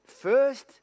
First